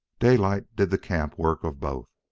daylight did the camp work of both,